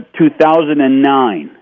2009